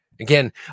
Again